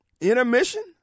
Intermission